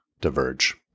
diverge